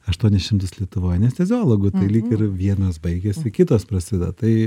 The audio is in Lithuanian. aštuonis šimtus lietuvoj anestezeologų tai lyg ir vienas baigiasi kitas prasideda tai